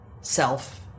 self